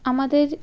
আমাদের